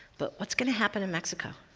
but what's going to happen in mexico?